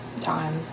time